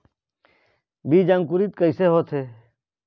बीज अंकुरित कैसे होथे?